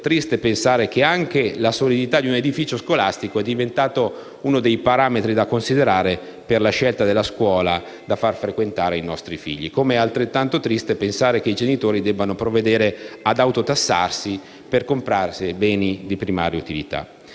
triste pensare che anche la solidità di un edificio scolastico è diventata uno dei parametri da considerare per la scelta della scuola da fare frequentare ai nostri figli. Come è altrettanto triste pensare che i genitori debbano provvedere ad autotassarsi per comprare beni di primaria utilità.